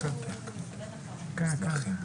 קודם כול,